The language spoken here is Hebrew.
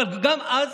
אבל גם אז